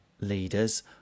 leaders